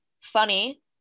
funny